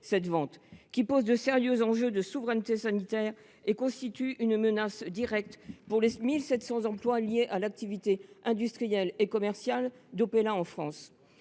cette vente, qui pose de sérieux enjeux de souveraineté sanitaire et constitue une menace directe pour les 1 700 emplois liés à l’activité industrielle et commerciale d’Opella en France.